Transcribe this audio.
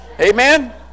Amen